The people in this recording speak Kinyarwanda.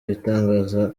ibitangaza